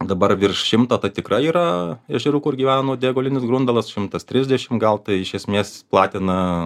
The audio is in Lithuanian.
dabar virš šimto tai tikrai yra ežerų kur gyveno nuodėgulinis grundalas šimtas trisdešimt gal tai iš esmės platina